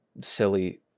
silly